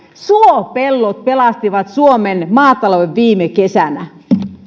suopellot pelastivat suomen maatalouden viime kesänä